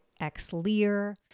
X-Lear